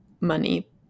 money